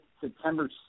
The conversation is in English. September